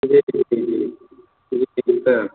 जी जी जी जी